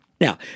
Now